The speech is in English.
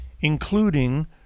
including